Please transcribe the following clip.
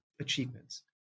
achievements